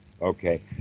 okay